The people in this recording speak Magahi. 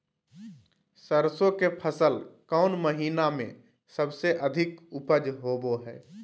सरसों के फसल कौन महीना में सबसे अच्छा उपज होबो हय?